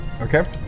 Okay